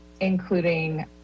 including